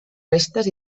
restes